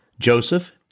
Joseph